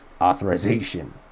authorization